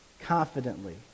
confidently